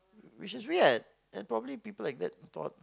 which is weird and probably people like that thought